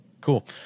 Cool